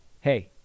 Hey